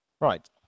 right